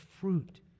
fruit